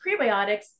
prebiotics